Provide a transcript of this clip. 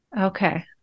okay